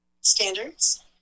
standards